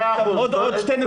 מאה אחוז, תודה.